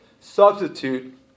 substitute